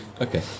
Okay